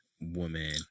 Woman